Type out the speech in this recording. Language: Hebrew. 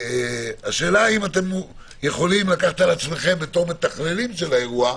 השאלה אם אתם יכולים לקחת על עצמכם כמתכללים של האירוע,